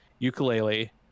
ukulele